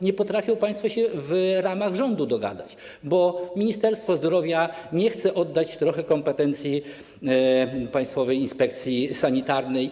Nie potrafią państwo dogadać się w ramach rządu, bo Ministerstwo Zdrowia nie chce oddać trochę kompetencji Państwowej Inspekcji Sanitarnej.